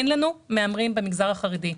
אין לנו מהמרים במגזר החרדי.